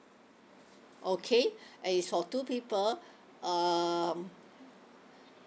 okay it's for two people um